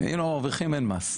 אם לא מרוויחים אין מס.